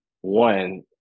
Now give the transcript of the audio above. one